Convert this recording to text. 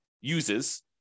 uses